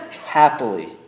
happily